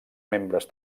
membres